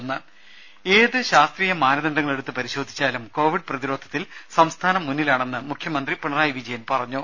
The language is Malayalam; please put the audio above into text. ദരദ ഏത് ശാസ്ത്രീയ മാനദണ്ഡങ്ങൾ എടുത്ത് പരിശോധിച്ചാലും കോവിഡ് പ്രതിരോധത്തിൽ സംസ്ഥാനം മുന്നിലാണെന്ന് മുഖ്യമന്ത്രി പിണറായി വിജയൻ പറഞ്ഞു